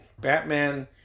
Batman